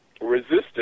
resistance